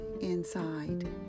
inside